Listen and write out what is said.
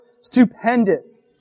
stupendous